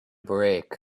break